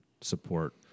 Support